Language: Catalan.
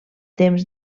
temps